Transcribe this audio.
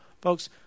Folks